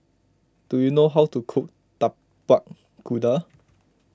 do you know how to cook Tapak Kuda